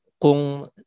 kung